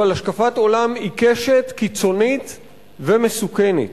אבל השקפת עולם עיקשת, קיצונית ומסוכנת,